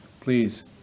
please